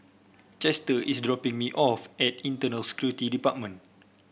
Chester is dropping me off at Internal Security Department